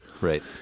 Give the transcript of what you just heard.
Right